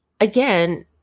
again